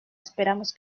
esperamos